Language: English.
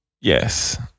Yes